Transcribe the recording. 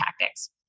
tactics